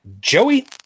joey